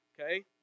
Okay